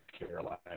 Carolina